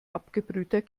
abgebrühter